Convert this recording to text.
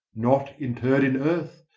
not interred in earth,